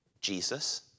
Jesus